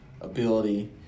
ability